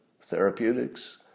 therapeutics